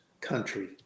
country